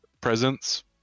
presence